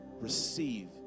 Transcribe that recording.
Receive